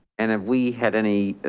and if we had any,